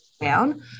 down